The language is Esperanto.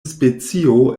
specio